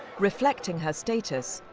reflecting her status,